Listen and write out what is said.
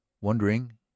Wondering